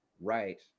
Right